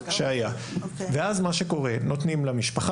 אמרנו שנקיים.